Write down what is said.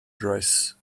dress